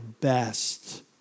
best